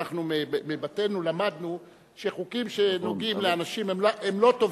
אנחנו מבתינו למדנו שחוקים שנוגעים באנשים הם לא טובים,